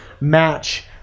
match